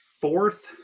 Fourth